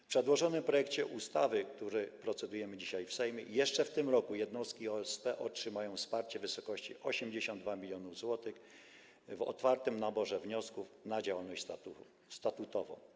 W przedłożonym projekcie ustawy, nad którym procedujemy dzisiaj w Sejmie, jeszcze w tym roku jednostki OSP otrzymają wsparcie w wysokości 82 mln zł w otwartym naborze wniosków na działalność statutową.